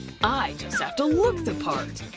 i just have to look the part!